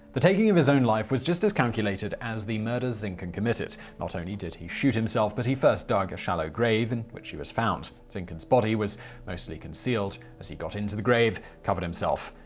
the taking of his own life was just as calculated as the murders zinkhan committed. not only did he shoot himself, but he first dug a shallow grave, in which he was found. zinhkan's body was mostly concealed, as he got into the grave, covered himself,